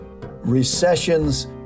recessions